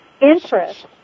interest